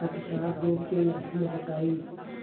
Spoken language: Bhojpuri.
अतिसार रोग के लक्षण बताई?